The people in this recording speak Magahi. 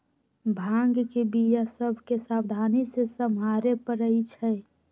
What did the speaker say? भांग के बीया सभ के सावधानी से सम्हारे परइ छै